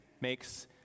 makes